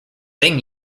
thing